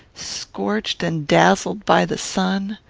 scorched and dazzled by the sun,